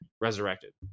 resurrected